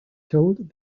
told